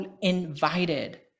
invited